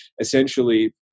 essentially